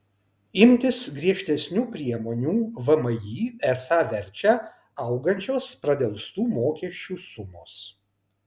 imtis griežtesnių priemonių vmi esą verčia augančios pradelstų mokesčių sumos